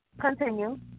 Continue